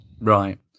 Right